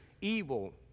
evil